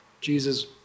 jesus